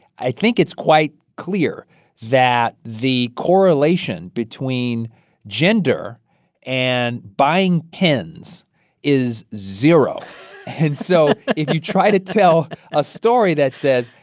i think it's quite clear that the correlation between gender and buying pens is zero and so if you try to tell a story that says,